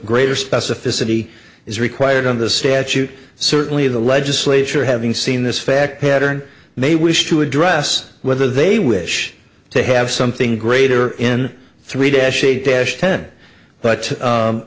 greater specificity is required on the statute certainly the legislature having seen this fact pattern may wish to address whether they wish to have something greater in three dash eight dash ten but u